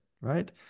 right